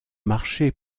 marché